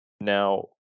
Now